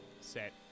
set